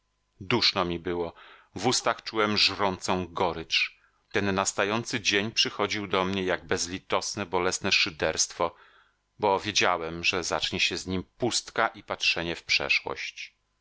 duszno mi było w ustach czułem żrącą gorycz ten nastający dzień przychodził do mnie jak bezlitosne bolesne szyderstwo bo wiedziałem że zacznie się z nim pustka i patrzenie w przeszłość